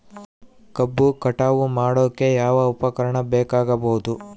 ಕಬ್ಬು ಕಟಾವು ಮಾಡೋಕೆ ಯಾವ ಉಪಕರಣ ಬೇಕಾಗಬಹುದು?